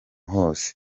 hose